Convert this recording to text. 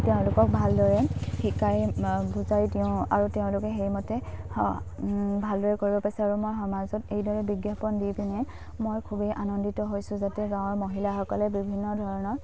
তেওঁলোকক ভালদৰে শিকাই বুজাই দিওঁ আৰু তেওঁলোকে সেইমতে ভালদৰে কৰিব পাৰিছে আৰু মই সমাজত এইদৰে বিজ্ঞাপন দি পিনে মই খুবেই আনন্দিত হৈছোঁ যাতে গাঁৱৰ মহিলাসকলে বিভিন্ন ধৰণৰ